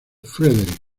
frederick